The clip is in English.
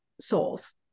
souls